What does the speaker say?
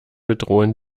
bedrohen